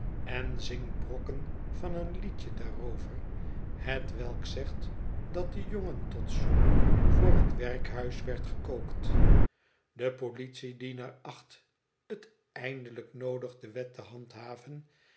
en zingt brokken van een liedje daarover hetwelk zegt dat de jongen tot soep voor het werkhuis werd gekookt de politiedienaar acht het eindelijk noodig de wet te handhaven